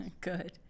Good